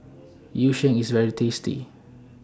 Yu Sheng IS very tasty